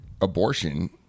Abortion